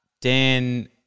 Dan